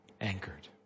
anchored